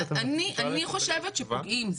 אני חושבת שפוגעים.